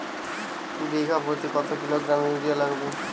বিঘাপ্রতি কত kilogram urea লাগবে?